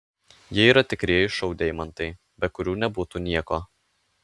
jie yra tikrieji šou deimantai be kurių nebūtų nieko